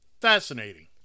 fascinating